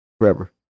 forever